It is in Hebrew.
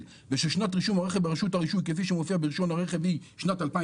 וששנת רישום הרכב ברשות הרישוי כפי שמופיעה ברישיון הרכב היא שנת 2005